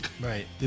Right